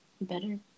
better